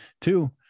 Two